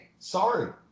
Sorry